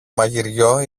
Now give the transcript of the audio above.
μαγειριό